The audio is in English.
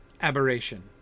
aberration